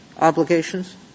obligations